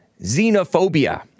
xenophobia